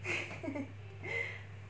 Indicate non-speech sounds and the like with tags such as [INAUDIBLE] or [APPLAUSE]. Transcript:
[LAUGHS]